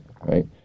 right